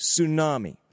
tsunami